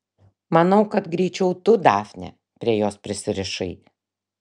manau kad greičiau tu dafne prie jos prisirišai